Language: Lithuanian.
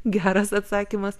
geras atsakymas